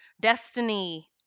destiny